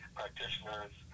practitioners